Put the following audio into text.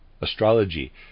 Astrology